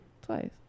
twice